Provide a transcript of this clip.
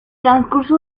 transcurso